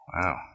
Wow